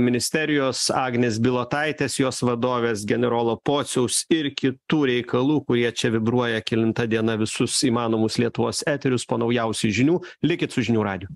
ministerijos agnės bilotaitės jos vadovės generolo pociaus ir kitų reikalų kurie čia vibruoja kelinta diena visus įmanomus lietuos eterius po naujausių žinių likit su žinių radiju